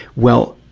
well,